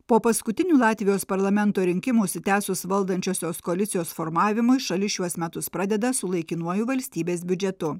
po paskutinių latvijos parlamento rinkimų užsitęsus valdančiosios koalicijos formavimui šalis šiuos metus pradeda su laikinuoju valstybės biudžetu